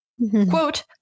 Quote